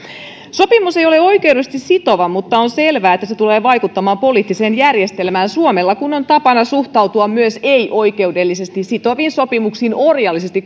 sopimus ei ole oikeudellisesti sitova mutta on selvää että se tulee vaikuttamaan poliittiseen järjestelmään suomella kun on tapana suhtautua myös ei oikeudellisesti sitoviin sopimuksiin orjallisesti